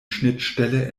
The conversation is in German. schnittstelle